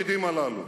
וכל התפקידים הללו,